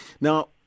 Now